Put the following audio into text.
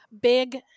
big